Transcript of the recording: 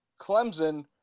Clemson